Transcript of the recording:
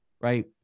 right